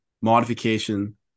modification